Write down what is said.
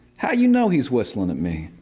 how you know he's whistling at me?